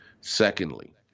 Secondly